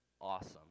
awesome